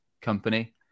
company